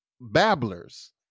babblers